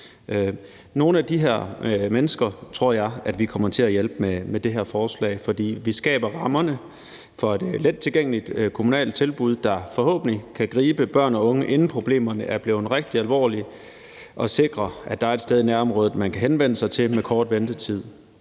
Nogle af de her mennesker kommer vi, tror jeg, til at hjælpe med det her forslag, for vi skaber rammerne for et lettilgængeligt kommunalt tilbud, der forhåbentlig kan gribe børn og unge, inden problemerne er blevet rigtig alvorlige, og sikre, at der er et sted i nærområdet, man kan henvende sig til, der har kort ventetid.